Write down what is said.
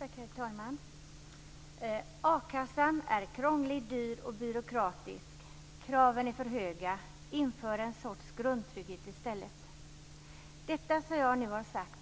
Herr talman! A-kassan är krånglig, dyr och byråkratisk. Kraven är för höga. Inför en sorts grundtrygghet i stället. Det som jag nu har sagt